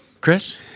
Chris